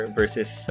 versus